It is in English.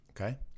Okay